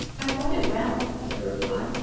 i thought it well, was the reply,